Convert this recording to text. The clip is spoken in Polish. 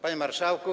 Panie Marszałku!